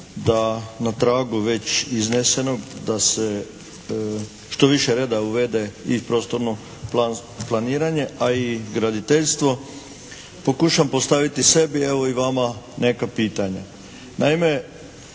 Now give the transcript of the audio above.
da na tragu već iznesenog da se što više reda uvede u prostorno planiranje, a i graditeljstvo, pokušam postaviti sebi evo i vama neka pitanja.